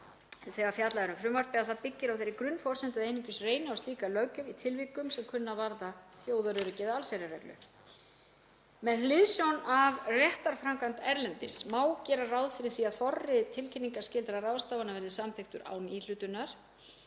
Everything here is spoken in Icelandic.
þegar fjallað er um frumvarpið að það byggir á þeirri grunnforsendu að einungis reyni á slíka löggjöf í tilvikum sem kunna að varða þjóðaröryggi eða allsherjarreglu. Með hliðsjón af réttarframkvæmd erlendis má gera ráð fyrir því að þorri tilkynningarskyldra ráðstafana verði samþykktur án íhlutunar.